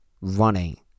running